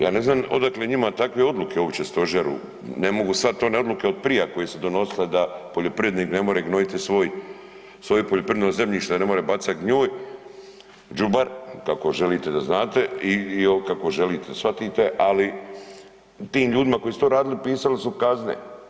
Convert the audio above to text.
Ja ne znam odakle njima takve odluke uopće stožeru, ne mogu shvatiti one odluke od prije, a koje su donosile da poljoprivrednik ne more gnojiti svoj, svoje poljoprivredno zemljište ne more bacati gnoj, đubar, kako želite da znate, kako želite da shvatite, ali tim ljudima koji su to radili pisali su kazne.